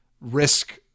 risk